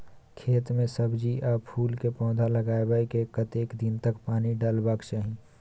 खेत मे सब्जी आ फूल के पौधा लगाबै के कतेक दिन तक पानी डालबाक चाही?